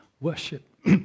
worship